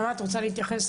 תודה.